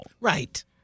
Right